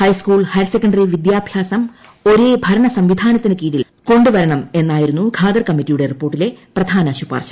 high school higher secondary വിദ്യാഭ്യാസർ ഒരേ ഭരണ സംവിധാനത്തിനു കീഴിൽ കൊണ്ടുവരണമെന്നായിരുന്നു ഖാദർ കമ്മറ്റിയുടെ റിപ്പോർട്ടിലെ പ്രധാന ശുപാർശ